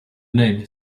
name